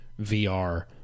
VR